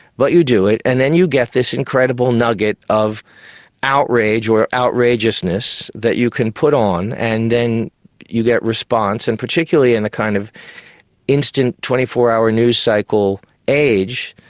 but you do it, and then you get this incredible nugget of outrage or outrageousness that you can put on and then you get response, and particularly in the kind of instant twenty four hour news cycle age,